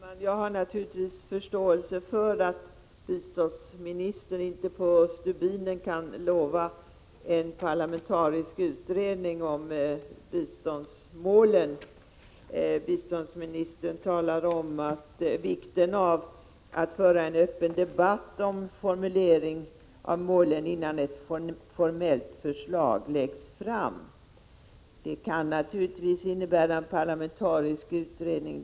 Herr talman! Jag har naturligtvis förståelse för att biståndsministern inte på stubinen kan lova en parlamentarisk utredning om biståndsmålen. Biståndsministern talade om vikten av att föra en öppen debatt om formuleringen av målen innan ett formellt förslag läggs fram. Det kan naturligtvis innebära en parlamentarisk utredning.